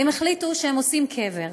החליטו שהם עושים קבר.